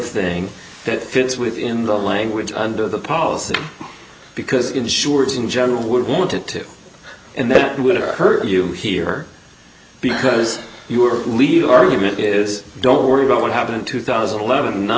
thing that fits within the language under the policy because insurers in general would want it to and that would hurt you here because you are legal argument is don't worry about what happened in two thousand and eleven none